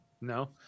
No